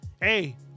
Hey